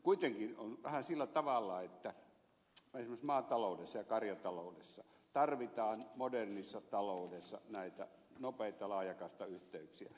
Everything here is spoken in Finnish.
kuitenkin on vähän sillä tavalla että esimerkiksi maataloudessa ja karjataloudessa tarvitaan modernissa taloudessa näitä nopeita laajakaistayhteyksiä